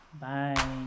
Bye